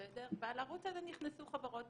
ועל הערוץ הזה נכנסו חברות,